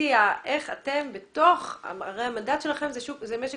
להציע איך אתם - הרי המנדט שלכם הוא משק